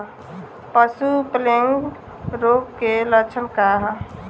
पशु प्लेग रोग के लक्षण का ह?